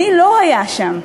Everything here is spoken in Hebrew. מי לא היה שם.